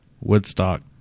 Woodstock